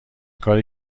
کاری